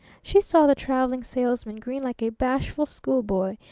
she saw the traveling salesman grin like a bashful school-boy,